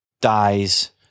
dies